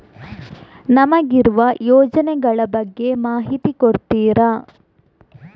ನಮಗಿರುವ ಯೋಜನೆಗಳ ಬಗ್ಗೆ ಮಾಹಿತಿ ಕೊಡ್ತೀರಾ?